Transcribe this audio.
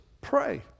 pray